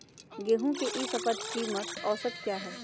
गेंहू के ई शपथ कीमत औसत क्या है?